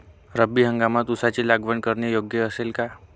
रब्बी हंगामात ऊसाची लागवड करणे योग्य असेल का?